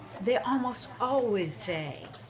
they almost always say,